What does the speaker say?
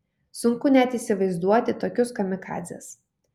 sunku net įsivaizduoti tokius kamikadzes